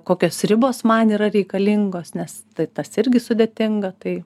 kokios ribos man yra reikalingos nes tas irgi sudėtinga tai